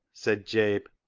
said jabe,